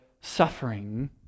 suffering